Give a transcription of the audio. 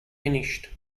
finished